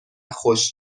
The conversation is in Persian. خوش